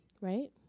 Right